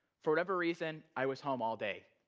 for whatever reason, i was home all day.